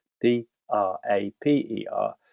d-r-a-p-e-r